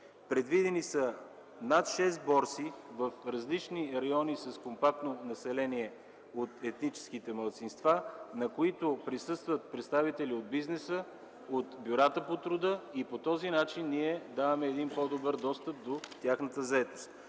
Предвидени са над 6 борси в различни райони с компактно население от етническите малцинства, на които присъстват представители от бизнеса, от бюрата по труда и по този начин даваме един по-добър достъп до тяхната заетост.